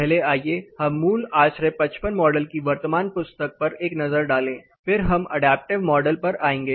पहले आइए हम मूल ASHRAE 55 मॉडल की वर्तमान पुस्तक पर एक नज़र डालें फिर हम अडैप्टिव मॉडल पर आएंगे